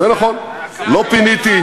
פירקת,